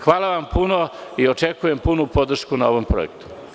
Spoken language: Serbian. Hvala vam puno i očekujem punu podršku na ovom projektu.